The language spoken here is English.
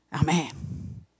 Amen